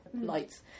lights